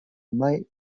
mite